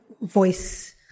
voice